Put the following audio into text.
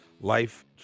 Life